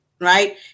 right